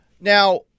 Now